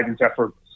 efforts